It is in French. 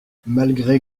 malgré